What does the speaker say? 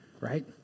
right